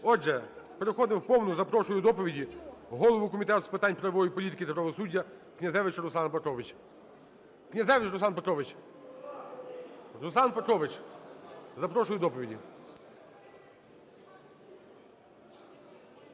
Отже, переходимо в повну. Запрошую до доповіді голову Комітету з питань правової політики та правосуддя Князевича Руслана Петровича. Князевич Руслан Петрович! Руслан Петрович!